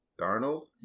darnold